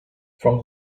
from